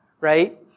right